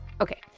Okay